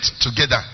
together